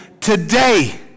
today